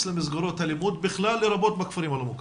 למסגרות הלימוד בכלל לרבות בכפרים הלא מוכרים,